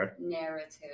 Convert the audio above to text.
narrative